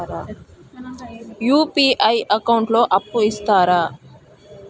UPI account లో అప్పు ఇస్తరా?